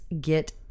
get